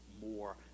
more